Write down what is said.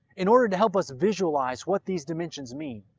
in order to help us visualize what these dimensions mean,